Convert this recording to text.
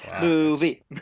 Movie